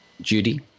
Judy